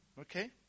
Okay